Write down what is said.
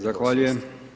Zahvaljujem.